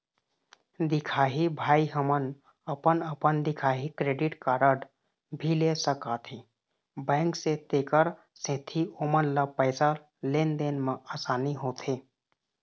दिखाही भाई हमन अपन अपन दिखाही क्रेडिट कारड भी ले सकाथे बैंक से तेकर सेंथी ओमन ला पैसा लेन देन मा आसानी होथे?